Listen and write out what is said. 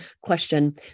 question